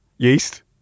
Yeast